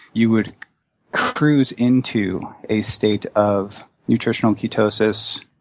you would cruise into a state of nutritional ketosis,